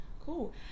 cool